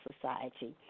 Society